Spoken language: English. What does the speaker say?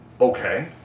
okay